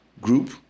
group